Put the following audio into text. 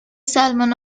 salmon